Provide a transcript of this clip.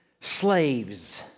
slaves